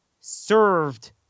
served